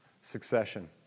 Succession